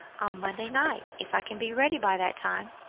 on monday night, if i can be ready by that time.